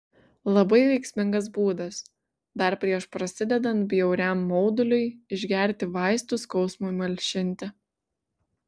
labai veiksmingas būdas dar prieš prasidedant bjauriam mauduliui išgerti vaistų skausmui malšinti